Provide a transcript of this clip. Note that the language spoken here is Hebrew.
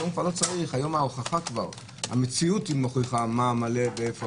היום המציאות היא מוכיחה מה מלא.